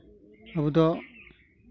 ᱟᱵᱚ ᱫᱚ